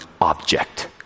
object